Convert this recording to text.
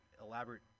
elaborate